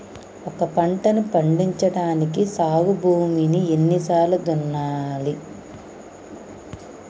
ఒక పంటని పండించడానికి సాగు భూమిని ఎన్ని సార్లు దున్నాలి?